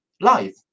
life